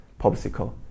popsicle